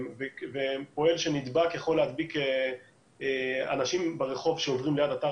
ופועל שנדבק יכול להדביק אנשים ברחוב שעוברים ליד אתר